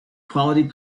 quality